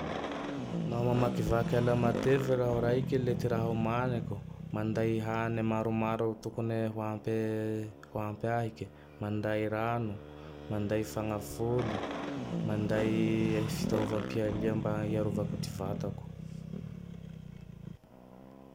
Nao mamakivake ala matevy raho raike. Le ty raha omaniko: manday hane maromaro tokone ho ampe ho ampy ahike; manday rano; manday fanafoly; manday fitaovam-pialia mba iarovako ty vataoko.